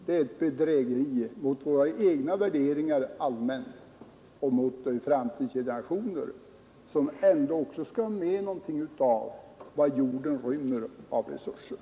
Det är ett bedrägeri mot våra egna värderingar allmänt och mot de framtidsgenerationer som ändå skall ha med något av vad jorden rymmer av resurser.